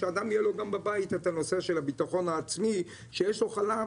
שאדם יהיה לו גם בבית את הנושא של הביטחון העצמי שיש לו חלב.